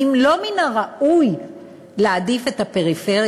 האם לא מן הראוי להעדיף את הפריפריה?